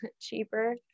cheaper